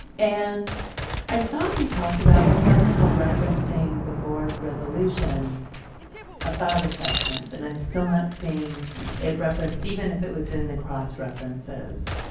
and i thought we talked about somehow referencing the board's resolution about assessment and i'm still not seeing it referenced even if it was in the cross-references.